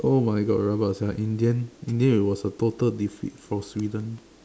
oh my God rabak sia in the end in the end it was a total defeat for Sweden